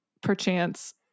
perchance